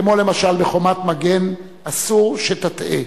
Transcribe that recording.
כמו למשל ב"חומת מגן", אסור שתטעה.